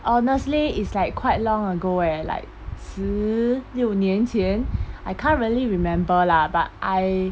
honestly it's like quite long ago eh like 十六年前 I can't really remember lah but I